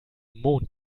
mond